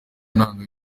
ntangiro